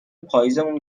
پاییزیمون